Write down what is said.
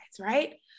right